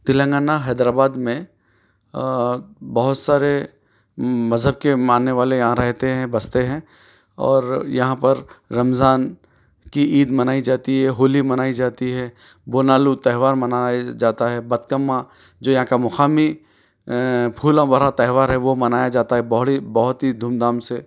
Telangana Hyderabad میں بہت سارے مذہب کے ماننے والے یہاں رہتے ہیں بستے ہیں اور یہاں پر رمضان کی عید منائی جاتی ہے ہولی منائی جاتی ہے وہنالو تہوار منایا جاتا ہے بتکما جو یہاں کا مقامی پھولوں بھرا تہوار وہ منایا جاتا ہے بہڑی بہت ہی دھوم دھام سے